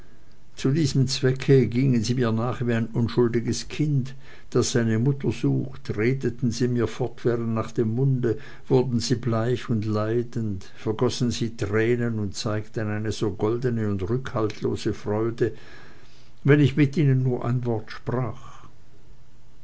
zu diesem zwecke gingen sie mir nach wie ein unschuldiges kind das seine mutter sucht redeten sie mir fortwährend nach dem munde wurden sie bleich und leidend vergossen sie tränen und zeigten eine so goldene und rückhaltlose freude wenn ich mit ihnen nur ein wort sprach